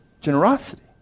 generosity